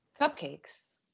Cupcakes